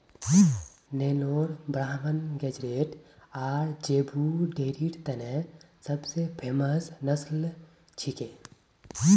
Nellore Brahman Guzerat आर zebu डेयरीर तने सब स फेमस नस्ल छिके